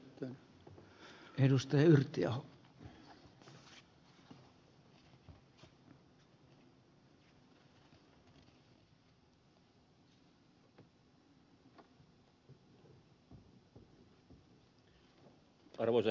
arvoisa herra puhemies